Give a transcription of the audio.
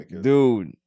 dude